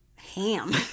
ham